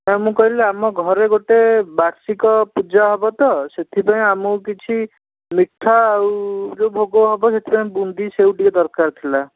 ହଁ ମୁଁ କହିଲି ଆମ ଘରେ ଗୋଟେ ବାର୍ଷିକ ପୂଜା ହେବ ତ ସେଥିପାଇଁ ଆମକୁ କିଛି ମିଠା ଆଉ ଯେଉଁ ଭୋଗ ହେବ ସେଥିପାଇଁ ବୁନ୍ଦି ସେଓ ଟିକେ ଦରକାର ଥିଲା